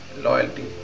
loyalty